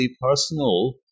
personal